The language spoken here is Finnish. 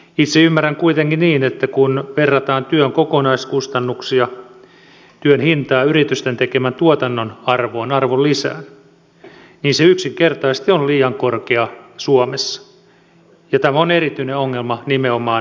itse ymmärrän kuitenkin niin että kun verrataan työn kokonaiskustannuksia työn hintaa yritysten tekemän tuotannon arvoon arvonlisään niin se yksinkertaisesti on liian korkea suomessa ja tämä on erityinen ongelma nimenomaan viennissä